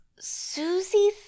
Susie